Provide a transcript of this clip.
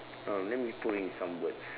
um let me put in some words